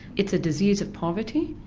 it's a disease of poverty,